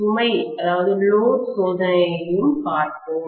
சுமை சோதனையையும் பார்ப்போம்